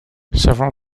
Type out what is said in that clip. several